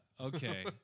Okay